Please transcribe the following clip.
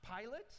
Pilate